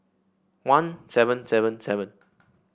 one seven seven seven